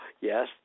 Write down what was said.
yes